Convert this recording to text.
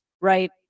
right